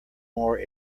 more